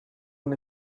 una